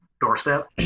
doorstep